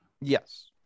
yes